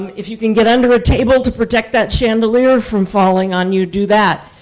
if you can get under a table to protect that chandelier from falling on you, do that.